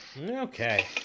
Okay